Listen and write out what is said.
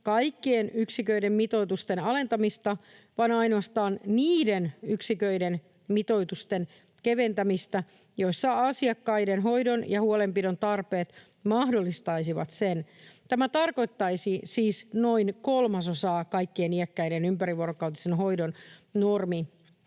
kaikkien yksiköiden mitoitusten alentamista, vaan ainoastaan niiden yksiköiden mitoitusten keventämistä, joissa asiakkaiden hoidon ja huolenpidon tarpeet mahdollistaisivat sen. Tämä tarkoittaisi siis noin kolmasosaa kaikkien iäkkäiden ympärivuorokautisen hoidon